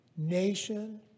Nation